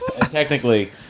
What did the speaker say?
Technically